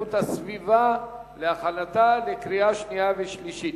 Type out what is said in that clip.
ואיכות הסביבה להכנתה לקריאה שנייה ולקריאה שלישית.